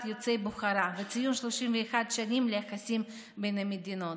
יוצאי בוכרה וציון 31 שנים ליחסים בין המדינות.